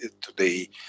today